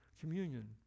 communion